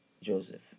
Joseph